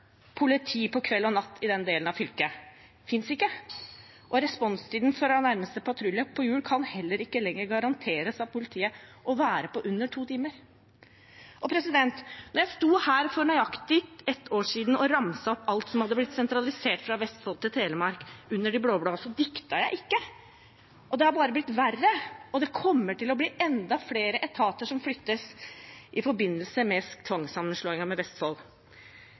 politi på kveld og natt i den delen av fylket. Det finnes ikke, og responstiden fra nærmeste patrulje på hjul kan heller ikke lenger garanteres av politiet å være på under to timer. Da jeg sto her for nøyaktig ett år siden og ramset opp alt som hadde blitt sentralisert fra Vestfold til Telemark under de blå-blå, diktet jeg ikke. Og det har bare blitt verre – og det kommer til å bli enda flere etater som flyttes i forbindelse med tvangssammenslåingen med Vestfold.